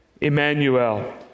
Emmanuel